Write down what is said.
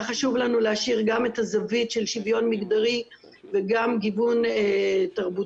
היה חשוב לנו להשאיר גם את הזווית של שוויון מגדרי וגם גיוון תרבותי.